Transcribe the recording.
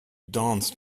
danced